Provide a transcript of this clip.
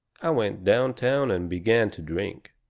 i went downtown and began to drink.